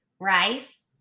rice